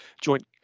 joint